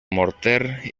morter